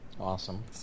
Awesome